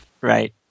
Right